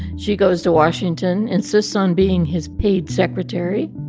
she goes to washington, insists on being his paid secretary.